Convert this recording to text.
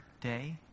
day